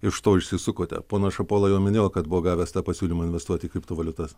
iš to išsisukote ponas šapola jau minėjo kad buvo gavęs pasiūlymą investuot į kriptovaliutas